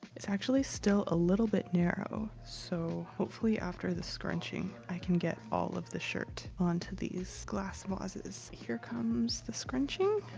it's actually still a little bit narrow, so hopefully, after the scrunching, i can get all of the shirt onto these glass vases. here comes the scrunchie!